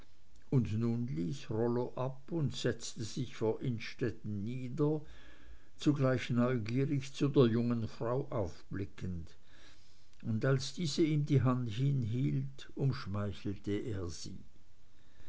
und nun ließ rollo ab und setzte sich vor innstetten nieder zugleich neugierig zu der jungen frau aufblickend und als diese ihm die hand hinhielt umschmeichelte er sie